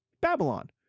Babylon